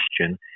question